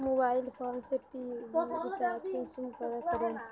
Mobile phone से TV recharge कुंसम करे करूम?